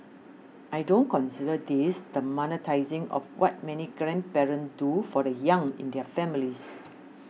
I don't consider this the monetising of what many grandparent do for the young in their families